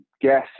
guess